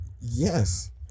Yes